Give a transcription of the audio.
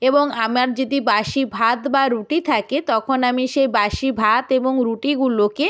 এবং আমার যদি বাসি ভাত বা রুটি থাকে তখন আমি সেই বাসি ভাত এবং রুটিগুলোকে